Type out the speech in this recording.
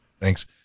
Thanks